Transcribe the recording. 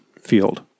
field